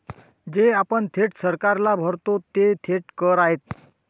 जे आपण थेट सरकारला भरतो ते थेट कर आहेत